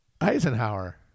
Eisenhower